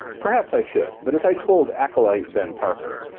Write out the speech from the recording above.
perhaps i should, but as i told acolyte ben parker,